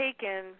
taken